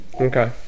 okay